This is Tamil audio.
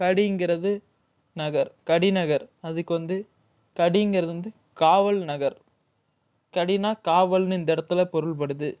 கடிங்கிறது நகர் கடிநகர் அதுக்கு வந்து கடிங்கிறது வந்து காவல் நகர் கடின்னா காவல்ன்னு இந்த இடத்துல பொருள்படுது